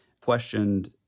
questioned